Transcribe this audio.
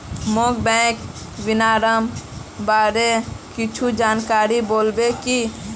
मोक बैंक विनियमनेर बारे कुछु जानकारी मिल्बे की